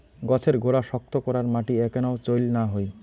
গছের গোড়া শক্ত করার মাটি এ্যাকনাও চইল না হই